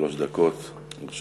שלוש דקות לרשותך.